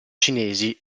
cinesi